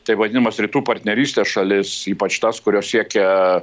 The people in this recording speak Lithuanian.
taip vadinamas rytų partnerystės šalis ypač tas kurios siekia